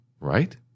Right